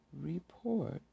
report